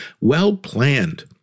well-planned